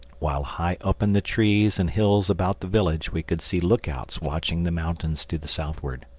while high up in the trees and hills about the village we could see look-outs watching the mountains to the southward.